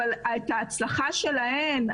אבל את ההצלחה שלהן,